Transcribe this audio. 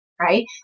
right